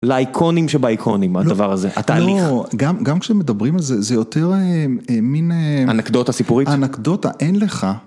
לאיקונים שבאיקונים, הדבר הזה, התהליך. גם כשמדברים על זה, זה יותר מין... אנקדוטה סיפורית? אנקדוטה, אין לך.